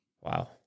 Wow